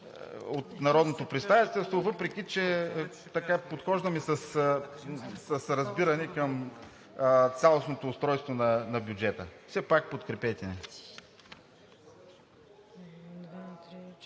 от народното представителство, въпреки че подхождаме с разбиране към цялостното устройство на бюджета. Все пак подкрепете